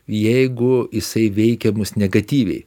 jeigu jisai veikia mus negatyviai